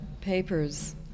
papers